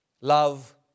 Love